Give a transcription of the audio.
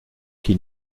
qu’il